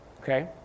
okay